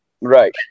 Right